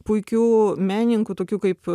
puikių menininkų tokių kaip